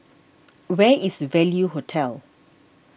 where is Value Hotel